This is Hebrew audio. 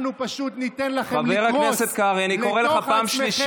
אני לא מבין פה.